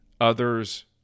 others